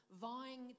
vying